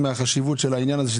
בגלל החשיבות של העניין הזה,